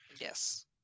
Yes